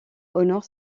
honore